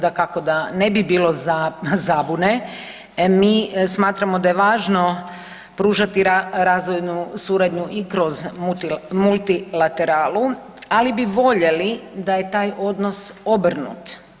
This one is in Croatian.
Dakako da ne bi bilo zabune, mi smatramo da je važno pružati razvojnu suradnju i kroz multilateralu, ali bi voljeli da je taj odnos obrnut.